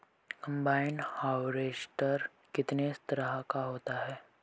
Combine harvester कितने तरह का होता है?